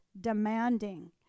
demanding